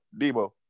Debo